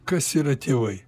kas yra tėvai